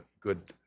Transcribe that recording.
good